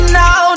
now